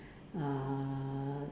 uh